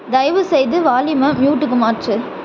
தயவுசெய்து வால்யூமை மியூட்டுக்கு மாற்று